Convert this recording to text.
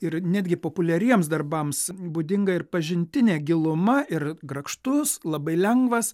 ir netgi populiariems darbams būdinga ir pažintinė giluma ir grakštus labai lengvas